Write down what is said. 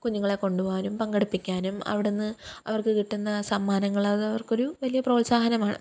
കുഞ്ഞുങ്ങളെ കൊണ്ടുപോവാനും പങ്കെടുപ്പിക്കാനും അവിടുന്ന് അവർക്ക് കിട്ടുന്ന സമ്മാനങ്ങളത് അവർക്കൊരു വലിയ പ്രോത്സാഹനമാണ്